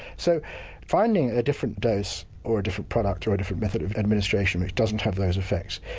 so finding a different dose or a different product or a different method of administration rate doesn't have those effects.